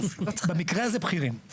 במקרה הזה, בכירים.